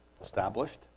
Established